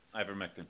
Ivermectin